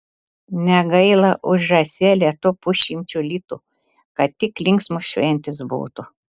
negaila už žąselę to pusšimčio litų kad tik linksmos šventės būtų